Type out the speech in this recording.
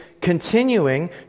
continuing